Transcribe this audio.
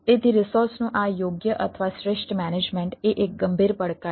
તેથી રિસોર્સનું આ યોગ્ય અથવા શ્રેષ્ઠ મેનેજમેન્ટ એ એક ગંભીર પડકાર છે